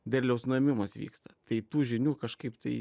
derliaus nuėmimas vyksta tai tų žinių kažkaip tai